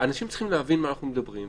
אנשים צריכים להבין מה אנחנו מדברים,